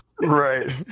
right